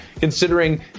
considering